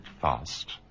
fast